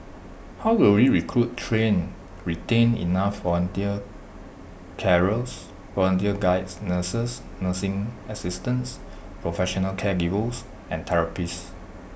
how will we recruit train retain enough volunteer carers volunteer Guides nurses nursing assistants professional caregivers and therapists